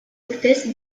urtez